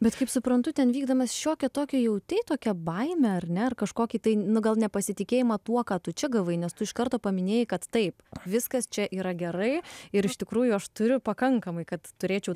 bet kaip suprantu ten vykdamas šiokią tokią jautei tokią baimę ar ne ar kažkokį tai nu gal nepasitikėjimą tuo ką tu čia gavai nes tu iš karto paminėjai kad taip viskas čia yra gerai ir iš tikrųjų aš turiu pakankamai kad turėčiau